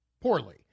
Poorly